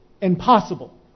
impossible